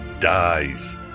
dies